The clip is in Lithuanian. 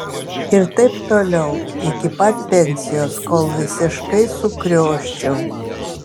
ir taip toliau iki pat pensijos kol visiškai sukrioščiau